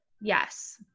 Yes